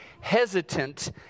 Hesitant